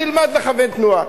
אני אלמד לכוון תנועה.